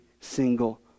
single